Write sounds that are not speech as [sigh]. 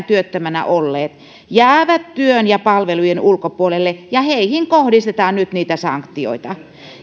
[unintelligible] työttömänä olleet jäävät työn ja palvelujen ulkopuolelle ja heihin kohdistetaan nyt niitä sanktioita